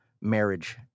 marriage